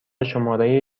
شماره